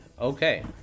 Okay